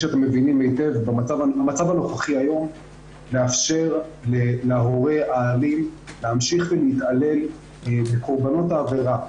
המצב היום מאפשר להורה האלים להמשיך להתעלל בקורבנות העבירה,